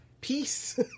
Peace